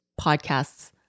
podcasts